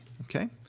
Okay